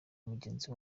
mugenzi